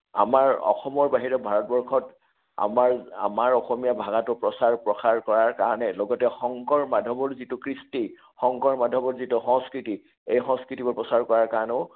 আমাৰ অসমৰ বাহিৰে ভাৰতবৰ্ষত আমাৰ আমাৰ অসমীয়া ভাষাটো প্ৰচাৰ প্ৰসাৰ কৰাৰ কাৰণে লগতে শংকৰ মাধৱৰ যিটো কৃষ্টি শংকৰ মাধৱৰ যিটো সংস্কৃতি এই সংস্কৃতিবোৰ প্ৰচাৰ কৰাৰ কাৰণেও